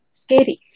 scary